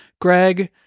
Greg